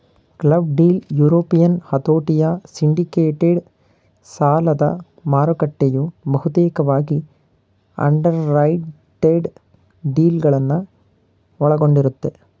club deal European ಹತೋಟಿಯ syndicated ಸಾಲದಮಾರುಕಟ್ಟೆಯು ಬಹುತೇಕವಾಗಿ ಅಂಡರ್ರೈಟೆಡ್ ಡೀಲ್ಗಳನ್ನ ಒಳಗೊಂಡಿರುತ್ತೆ